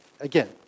Again